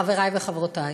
חברי וחברותי,